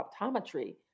optometry